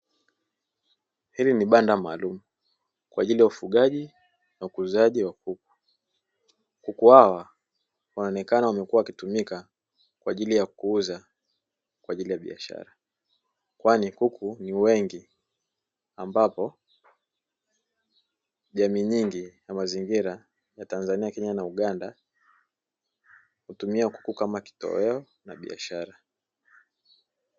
Hli nibanda maalum kwa ajili ya ufugaji na ukuzaji wa kuku. kuku hawa wanaonekana wamekuwa wakitumika kwa ajili ya kuuza kwa ajili ya biashara, kwani kuku ni wengi ambapo, nyingi na mazingira ya tanzania, kenya na uganda kuku kama kitoweo na biashara.